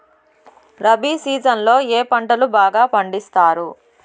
rabi season లో ఏ పంటలు బాగా పండిస్తారు